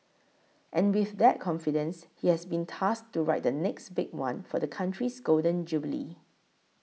and with that confidence he has been tasked to write the next big one for the country's Golden Jubilee